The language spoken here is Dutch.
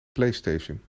playstation